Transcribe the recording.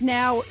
now